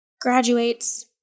graduates